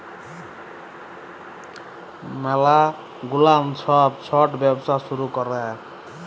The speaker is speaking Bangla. ম্যালা গুলান ছব ছট ব্যবসা শুরু ক্যরে